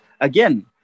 Again